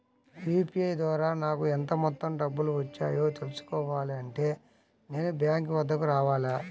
UPI ద్వారా నాకు ఎంత మొత్తం డబ్బులు వచ్చాయో తెలుసుకోవాలి అంటే నేను బ్యాంక్ వద్దకు రావాలా?